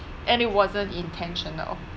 and it wasn't intentional